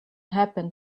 happen